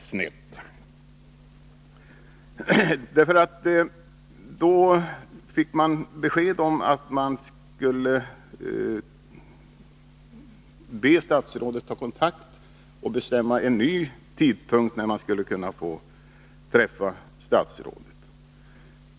Kommunens företrädare fick vid det aktuella tillfället besked om att departementets personal skulle be statsrådet ta kontakt för att bestämma en ny tidpunkt för sammanträffande.